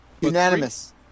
Unanimous